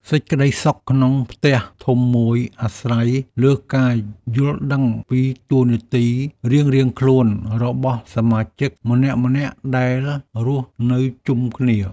សេចក្តីសុខក្នុងផ្ទះធំមួយអាស្រ័យលើការយល់ដឹងពីតួនាទីរៀងៗខ្លួនរបស់សមាជិកម្នាក់ៗដែលរស់នៅជុំគ្នា។